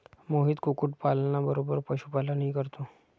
मोहित कुक्कुटपालना बरोबर पशुपालनही करतो